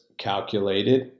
calculated